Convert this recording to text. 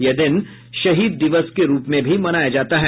यह दिन शहीद दिवस के रूप में भी मनाया जाता है